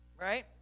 right